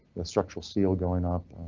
the structural steel going up,